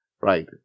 Right